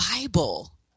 Bible